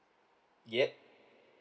yup